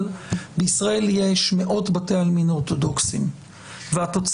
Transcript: אבל בישראל יש מאות בתי עלמין אורתודוקסים והתוצאה